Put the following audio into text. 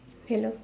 hello